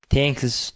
Thanks